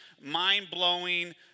mind-blowing